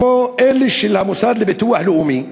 כמו אלה של המוסד לביטוח לאומי,